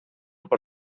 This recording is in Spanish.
por